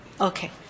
Okay